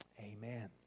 Amen